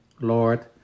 Lord